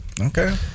Okay